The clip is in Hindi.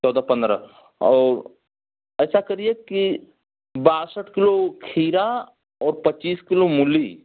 चौदह पंद्रह तो ऐसा करिए की बासठ किलो खीरा और पच्चीस किलो मूली